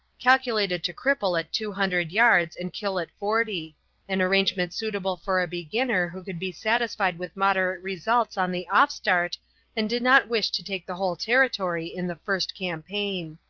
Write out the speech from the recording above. calculated to cripple at two hundred yards and kill at forty an arrangement suitable for a beginner who could be satisfied with moderate results on the offstart and did not wish to take the whole territory in the first campaign.